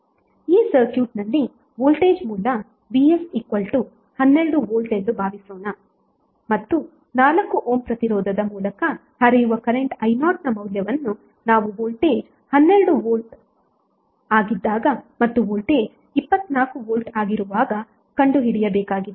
ಈ ಸರ್ಕ್ಯೂಟ್ ನಲ್ಲಿ ವೋಲ್ಟೇಜ್ ಮೂಲ vs 12V ಎಂದು ಭಾವಿಸೋಣ ಮತ್ತು 4 ಓಮ್ ಪ್ರತಿರೋಧದ ಮೂಲಕ ಹರಿಯುವ ಕರೆಂಟ್ I0 ನ ಮೌಲ್ಯವನ್ನು ನಾವು ವೋಲ್ಟೇಜ್ 12 ವೋಲ್ಟ್ ಆಗಿದ್ದಾಗ ಮತ್ತು ವೋಲ್ಟೇಜ್ 24 ವೋಲ್ಟ್ ಆಗಿರುವಾಗ ಕಂಡುಹಿಡಿಯಬೇಕಾಗಿದೆ